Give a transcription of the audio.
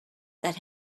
that